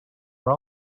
are